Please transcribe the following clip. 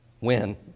win